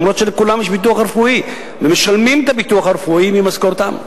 אף-על-פי שלכולם יש ביטוח רפואי והם משלמים את הביטוח הרפואי ממשכורתם.